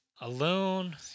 alone